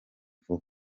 vuba